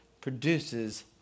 produces